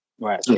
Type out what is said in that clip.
Right